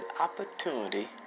opportunity